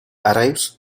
arrives